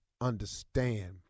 understand